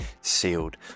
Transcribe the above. sealed